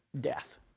death